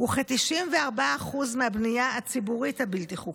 וכ-94% מהבנייה הציבורית הבלתי-חוקית".